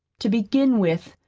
to begin with,